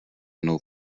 mnou